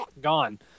gone